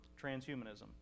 transhumanism